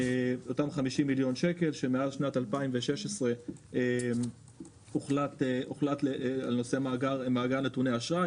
אותם 50 מיליון שקל שמאז שנת 2016 הוחלט על נושא מאגר נתוני אשראי,